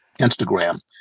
Instagram